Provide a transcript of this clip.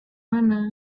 mana